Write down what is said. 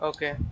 Okay